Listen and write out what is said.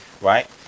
right